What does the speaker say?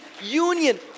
union